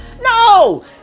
No